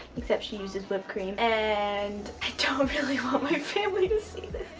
except she uses whipped cream. and i don't really want my family to see this,